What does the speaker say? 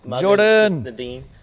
Jordan